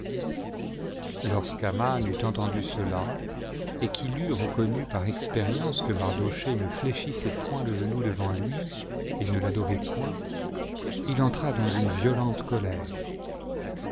lorsqu'aman eut entendu cela et qu'il eut reconnu par expérience que mardochée ne fléchissait point le genou devant lui et ne l'adorait point il entra dans une violente colère